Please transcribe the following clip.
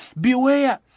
beware